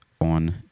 on